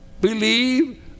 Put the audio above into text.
believe